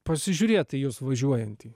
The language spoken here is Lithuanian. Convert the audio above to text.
pasižiūrėt į jus važiuojantį